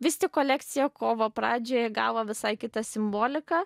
vis tik kolekcija kovo pradžioje įgavo visai kitą simboliką